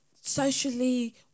socially